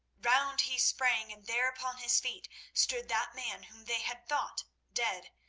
round he sprang, and there upon his feet stood that man whom they had thought dead,